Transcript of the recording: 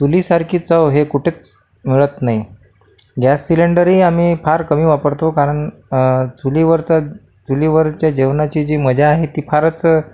चुलीसारखी चव हे कुठेच मिळत नाही गॅस सिलेंडरही आम्ही फार कमी वापरतो कारण चुलीवरचा चुलीवरच्या जेवणाची जी मजा आहे ती फारच